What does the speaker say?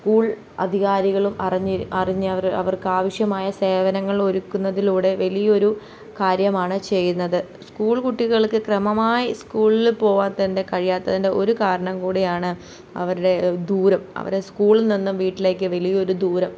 school അധികാരികളും അറിഞ്ഞവർ അവർക്ക് ആവശ്യമായ സേവനങ്ങൾ ഒരുക്കുന്നതിലൂടെ വലിയൊരു കാര്യമാണ് ചെയ്യുന്നത് സ്കൂൾ കുട്ടികൾക്ക് ക്രമമായി സ്കൂളിൽ പോവാത്തതിൻ്റെ കഴിയാത്തതിൻ്റെ ഒരു കാരണം കൂടിയാണ് അവരുടെ ദൂരം അവരെ സ്കൂളിൽ നിന്നും വീട്ടിലേക്ക് വലിയൊരു ദൂരം